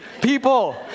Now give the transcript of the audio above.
people